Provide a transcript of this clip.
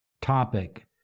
topic